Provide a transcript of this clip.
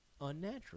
unnatural